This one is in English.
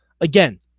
again